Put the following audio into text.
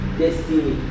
destiny